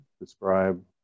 describe